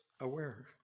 aware